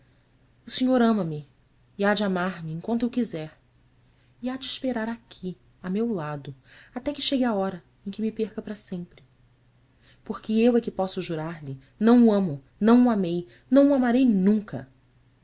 o senhor ama-me e há de amar-me enquanto eu quiser e há de esperar aqui a meu lado até que chegue a hora em que me perca para sempre porque eu é que posso jurar lhe não o amo não o amei não o amarei nunca